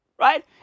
Right